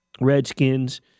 Redskins